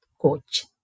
coach